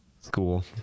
school